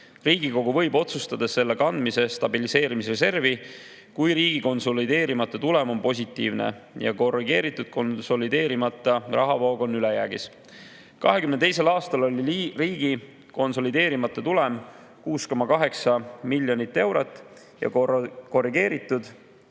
Riigikogu võib otsustada selle kandmise stabiliseerimisreservi, kui riigi konsolideerimata tulem on positiivne ja korrigeeritud konsolideerimata rahavoog on ülejäägis. 2022. aastal oli riigi konsolideerimata tulem 6,8 miljonit eurot ja korrigeeritud